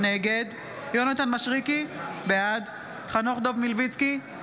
נגד יונתן מישרקי, בעד חנוך דב מלביצקי,